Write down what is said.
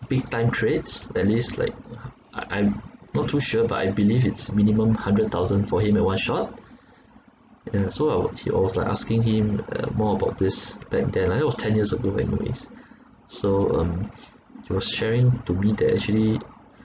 big time trades at least like I'm not too sure but I believe it's minimum hundred thousand for him at one shot and so I would he I was like asking him uh more about this back then ah it was ten years ago memories so um he was sharing to me that actually